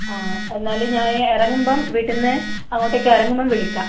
ആ എന്നാൽ ഞാൻ ഇറങ്ങുമ്പം വീട്ടിൽ നിന്ന് അങ്ങോട്ടേക്ക് ഇറങ്ങുമ്പം വിളിക്കാം